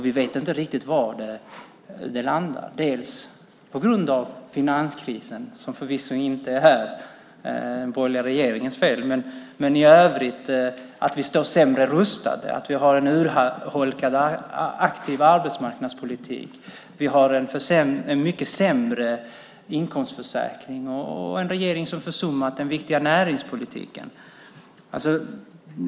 Vi vet inte riktigt var det landar, bland annat på grund av finanskrisen som förvisso inte är den borgerliga regeringens fel. Vi står sämre rustade och har en urholkad aktiv arbetsmarknadspolitik. Vi har en mycket sämre inkomstförsäkring och en regering som har försummat den viktiga näringspolitiken.